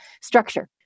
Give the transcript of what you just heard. structure